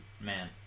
Man